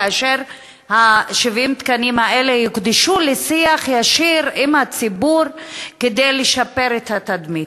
ו-70 התקנים האלה יוקדשו לשיח ישיר עם הציבור כדי לשפר את התדמית.